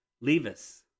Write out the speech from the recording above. Levis